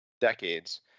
decades